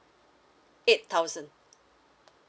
eight thousand